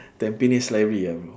tampines library ah bro